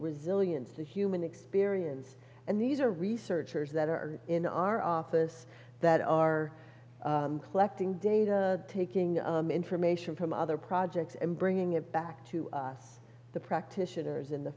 resilience the human experience and these are researchers that are in our office that are collecting data taking information from other projects and bringing it back to the practitioners in the